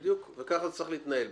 וככה זה צריך להתנהל,